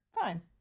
fine